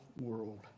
world